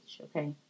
okay